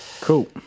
Cool